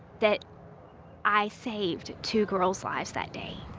that i saved two girls' lives that day.